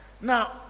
Now